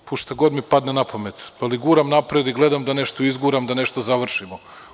Sumnjam u šta god mi padne napamet, ali guram napred i gledam da nešto izguram, da nešto završimo.